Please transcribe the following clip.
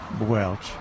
Welch